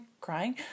crying